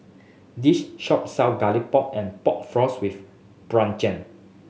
this shop sells Garlic Pork and Pork Floss with Brinjal